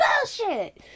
bullshit